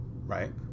Right